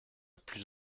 plus